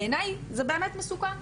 בעיני זה באמת מסוכן.